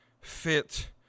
fit